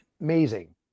Amazing